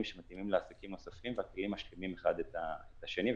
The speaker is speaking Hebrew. שמתאימים לעסקים נוספים והכלים משלימים האחד את השני,